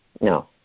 no